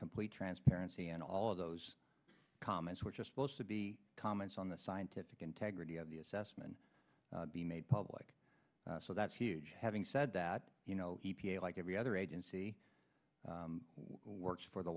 complete transparency and all of those comments which is supposed to be comments on the scientific integrity of the assessment be made public so that's huge having said that you know e p a like every other agency works for the